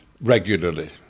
regularly